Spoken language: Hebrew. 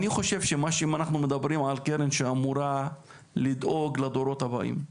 אני חושב שאם אנחנו מדברים על קרן שאמורה לדאוג לדורות הבאים.